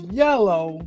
yellow